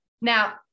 Now